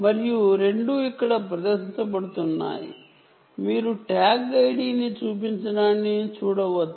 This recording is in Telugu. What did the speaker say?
మరియు రెండూ ఇక్కడ ప్రదర్శించబడుతున్నాయి మీరు ట్యాగ్ ID ని చూపించడాన్ని చూడవచ్చు